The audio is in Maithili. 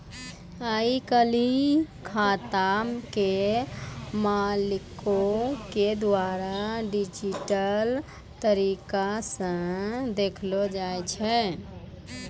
आइ काल्हि खाता के मालिको के द्वारा डिजिटल तरिका से देखलो जाय छै